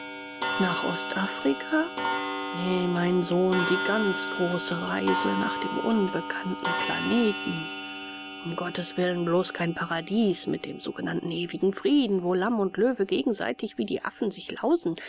nach ostafrika nee mein sohn die ganz große reise nach dem unbekannten planeten um gottes willen bloß kein paradies mit dem sogenannten ewigen frieden wo lamm und löwe gegenseitig wie die affen sich lausen